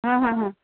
हा हा हा